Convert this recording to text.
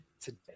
today